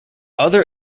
other